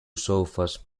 sofas